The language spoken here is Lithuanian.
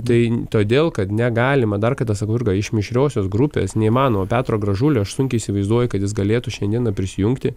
tai todėl kad negalima dar kartą sakau jurga iš mišriosios grupės neįmanoma petro gražulio aš sunkiai įsivaizduoju kad jis galėtų šiandieną prisijungti